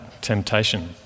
temptation